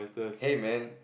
hey man